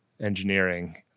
engineering